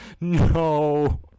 No